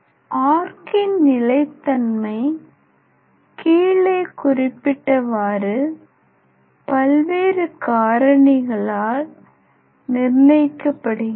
ஆர்க்கின் நிலைத்தன்மை கீழே குறிப்பிட்டவாறு பல்வேறு காரணிகளால் நிர்ணயிக்கப்படுகிறது